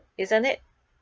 isn't it